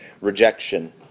rejection